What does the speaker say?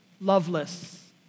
loveless